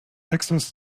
access